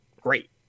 great